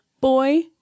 boy